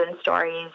stories